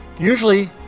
usually